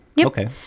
Okay